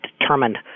determined